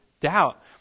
doubt